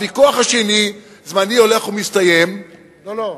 הוויכוח השני, זמני הולך ומסתיים, לא, לא.